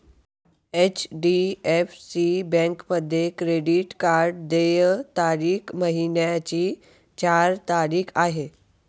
HDFC बँकेमध्ये credit card देय तारीख महिन्याची चार तारीख आहे